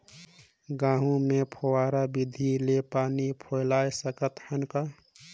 गहूं मे फव्वारा विधि ले पानी पलोय सकत हन का?